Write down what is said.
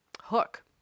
Hook